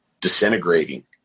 disintegrating